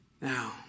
Now